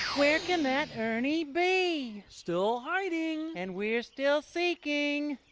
where can that ernie be? still hiding. and we're still seeking.